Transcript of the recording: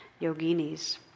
yoginis